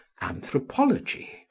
anthropology